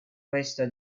questa